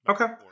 Okay